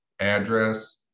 Address